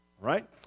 right